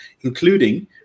including